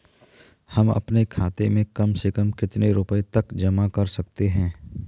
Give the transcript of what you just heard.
हम अपने खाते में कम से कम कितने रुपये तक जमा कर सकते हैं?